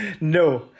No